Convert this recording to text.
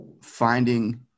finding